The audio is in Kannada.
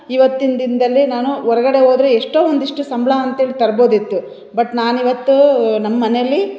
ಇವತ್ತಿನ ದಿನದಲ್ಲಿ ನಾನು ಹೊರಗಡೆ ಹೋದ್ರೆ ಎಷ್ಟೋ ಒಂದಿಷ್ಟು ಸಂಬಳ ಅಂತೇಳಿ ತರ್ರ್ಬೋದಿತ್ತು ಬಟ್ ನಾನಿವತ್ತು ನಮ್ಮ ಮನೆಲ್ಲಿ